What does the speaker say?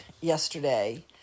yesterday